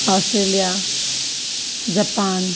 Australia Japan